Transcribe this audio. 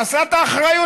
חסרת האחריות,